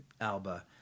Alba